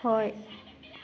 ꯍꯣꯏ